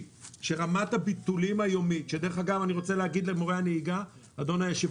שרמת הביטולים היומית שדרך אגב אני רוצה להגיד למורי הנהיגה אדוני